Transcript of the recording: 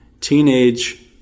teenage